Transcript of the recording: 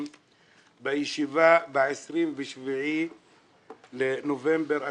בישיבה שהתקיימה ב-27 בנובמבר 2016,